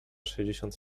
sześćdziesiąt